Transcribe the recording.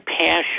passion